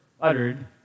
uttered